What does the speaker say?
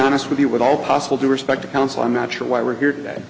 honest with you with all possible due respect to counsel i'm not sure why we're here today